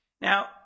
Now